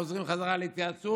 חוזרים בחזרה להתייעצות,